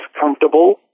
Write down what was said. comfortable